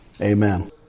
amen